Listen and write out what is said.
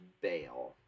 bail